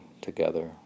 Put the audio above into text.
together